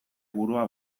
burua